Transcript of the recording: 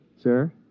sir